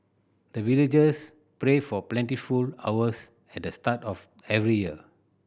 the villagers pray for plentiful harvest at the start of every year